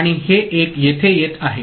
आणि हे 1 येथे येत आहे